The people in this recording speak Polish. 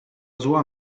zła